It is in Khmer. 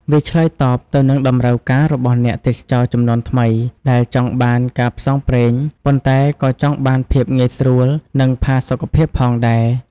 វាឆ្លើយតបទៅនឹងតម្រូវការរបស់អ្នកទេសចរជំនាន់ថ្មី ដែលចង់បានការផ្សងព្រេង ប៉ុន្តែក៏ចង់បានភាពងាយស្រួល និងផាសុកភាពផងដែរ។